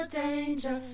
danger